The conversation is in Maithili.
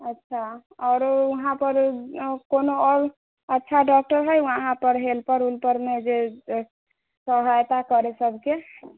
अच्छा आओर वहाँपर कोनो आओर अच्छा डॉक्टर हइ वहाँपर हेल्पर उल्परमे जे सहायता करय सभके